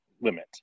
limit